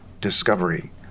Discovery